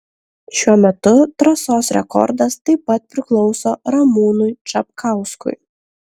šiuo metu trasos rekordas taip pat priklauso ramūnui čapkauskui